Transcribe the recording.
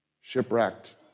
Shipwrecked